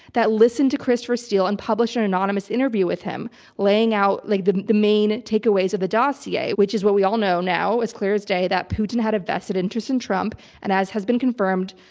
that listened to christopher steele and published an anonymous interview with him laying out, like, the the main takeaways of the dossier, which is what we all know now, as clear as day, that putin had a vested interest in trump and as has been confirmed,